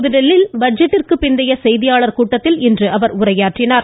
புதுதில்லியில் பட்ஜெட்டிற்கு பிந்தைய செய்தியாளர்கள் கூட்டத்தில் இன்று உரையாற்றினார்